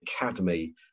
academy